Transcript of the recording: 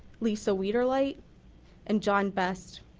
lisa leaderlight and john best.